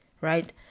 right